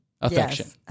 Affection